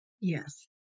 Yes